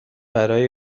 برا